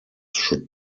should